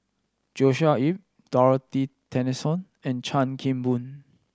Joshua Ip Dorothy Tessensohn and Chan Kim Boon